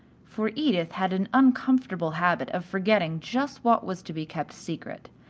for edith had an uncomfortable habit of forgetting just what was to be kept secret,